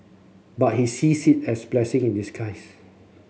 but he sees it as a blessing in disguise